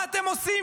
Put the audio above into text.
מה אתם עושים?